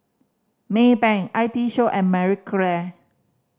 Maybank I T Show and Marie Claire